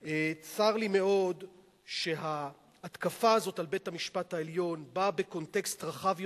צר לי מאוד שההתקפה הזאת על בית-המשפט העליון באה בקונטקסט רחב יותר,